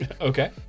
Okay